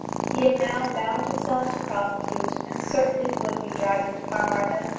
he had now bound himself to prosecute, and certainly would be dragged into carmarthen,